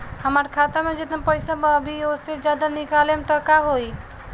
हमरा खाता मे जेतना पईसा बा अभीओसे ज्यादा निकालेम त का होई?